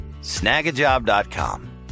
Snagajob.com